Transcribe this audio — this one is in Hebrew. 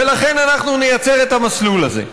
ולכן אנחנו נייצר את המסלול הזה.